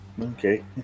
Okay